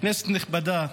כנסת נכבדה,